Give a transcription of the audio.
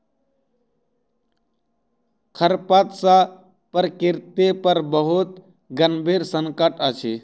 खरपात सॅ प्रकृति पर बहुत गंभीर संकट अछि